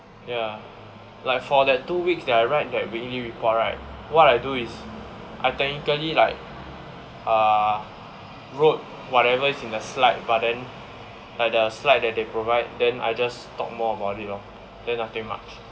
ya like for that two weeks that I write that weekly report right what I do is I technically like uh wrote whatever is in the slide but then like there are slides that they provide then I just talk more about it lor then nothing much